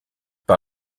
par